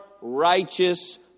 righteous